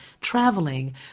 traveling